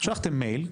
שלחתם מייל,